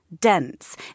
dense